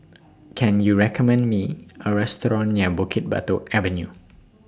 Can YOU recommend Me A Restaurant near Bukit Batok Avenue